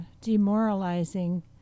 demoralizing